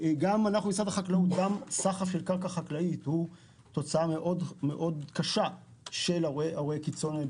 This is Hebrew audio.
גם סחף של קרקע חקלאית הוא תוצאה מאוד מאוד קשה של אירועי קיצון,